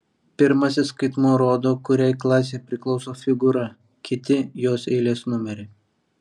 pirmasis skaitmuo rodo kuriai klasei priklauso figūra kiti jos eilės numerį